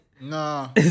No